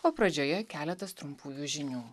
o pradžioje keletas trumpųjų žinių